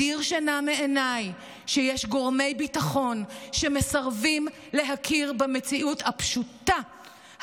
מדיר שינה מעיניי שיש גורמי ביטחון שמסרבים להכיר במציאות הפשוטה,